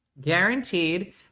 Guaranteed